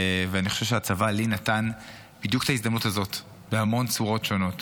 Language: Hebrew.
ואני חושב שהצבא נתן לי בדיוק את ההזדמנות הזאת בהמון צורות שונות,